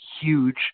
huge